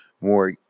more